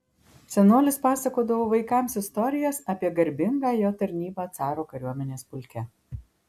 senolis pasakodavo vaikams istorijas apie garbingą jo tarnybą caro kariuomenės pulke